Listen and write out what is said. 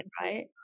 right